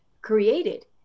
created